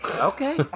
Okay